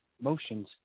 motions